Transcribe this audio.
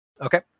Okay